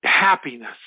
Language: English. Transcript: happiness